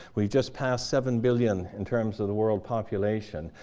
we've just passed seven billion in terms of the world population.